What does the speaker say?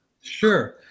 Sure